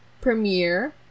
premiere